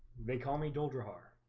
they call me duldrahar.